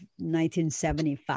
1975